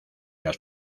las